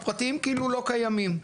הפרטיים כאילו לא קיימים,